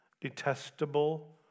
detestable